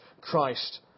Christ